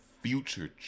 future